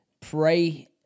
pray